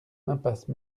impasse